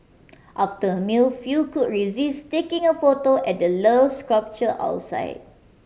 after a meal few could resist taking a photo at the Love sculpture outside